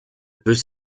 peut